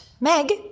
Meg